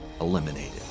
eliminated